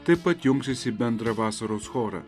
taip pat jungsis į bendrą vasaros chorą